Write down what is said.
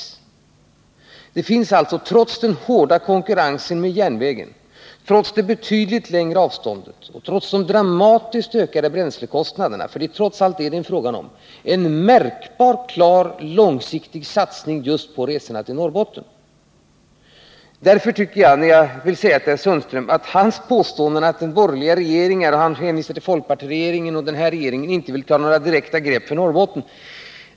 Nr 30 Det föreligger alltså, trots den hårda konkurrensen med järnvägen, trots det Fredagen den betydligt längre avståndet och trots de dramatiskt ökade bränslekostnaderna — 16 november 1979 — och det är trots allt detta det är fråga om —en klar, långsiktig satsning just på resorna till Norrbotten. Om biljettpriserna Herr Sundström hänvisar till folkpartiregeringen och den här regeringen — på inrikesflyget och påstår att de inte vill ta några direkta grepp för Norrbotten.